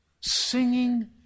singing